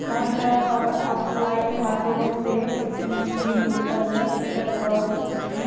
हर तरह कार आफलाइन माध्यमों से भी बिल भुगतान या रीचार्ज करवा सक्छी